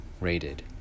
Rated